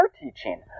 teaching